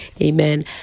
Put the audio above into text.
amen